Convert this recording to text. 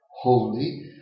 holy